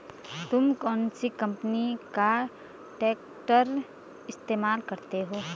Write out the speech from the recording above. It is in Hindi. तुम कौनसी कंपनी का ट्रैक्टर इस्तेमाल करते हो?